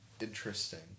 interesting